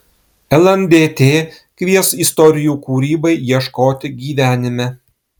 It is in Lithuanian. lndt kvies istorijų kūrybai ieškoti gyvenime